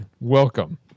welcome